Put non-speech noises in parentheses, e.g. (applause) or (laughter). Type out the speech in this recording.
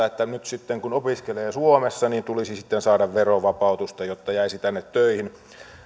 (unintelligible) että nyt sitten kun opiskelee suomessa tulisi saada verovapautusta jotta jäisi tänne töihin